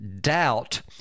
doubt